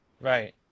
Right